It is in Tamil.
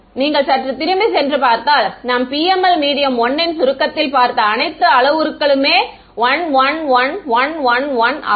நீங்கள் சற்று திரும்பிச் சென்று பார்த்தால் நாம் PML மீடியம் 1 இன் சுருக்கத்தில் பார்த்த அனைத்து அளவுருக்களுமே 111111 ஆகும்